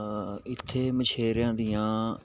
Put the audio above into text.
ਇੱਥੇ ਮਛੇਰਿਆਂ ਦੀਆਂ